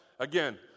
Again